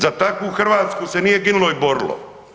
Za takvu Hrvatsku se nije ginulo i borilo.